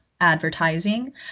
advertising